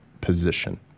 position